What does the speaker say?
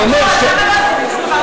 אני אומר, למה לא עשיתם שום דבר?